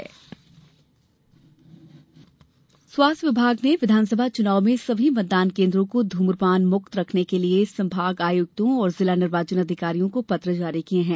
ध्म्प्रपान स्वास्थ्य विभाग ने विधानसभा चुनाव में सभी मतदान केन्द्रों को धूम्रपान मुक्त रखने के लिये संभाग आयुक्तों और जिला निर्वाचन अधिकारियों को पत्र जारी किये हैं